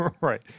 Right